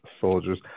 soldiers